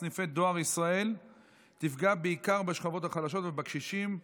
סניפי דואר ישראל תפגע בעיקר בשכבות החלשות ובקשישים,